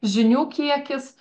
žinių kiekis